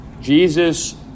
Jesus